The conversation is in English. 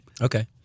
Okay